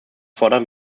fordern